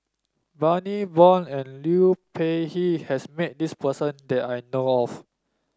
Bani Buang and Liu Peihe has met this person that I know of